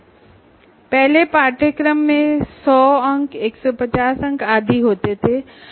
पहले कोर्सेज में 100 अंक 150 अंक आदि होते थे